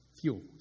fuel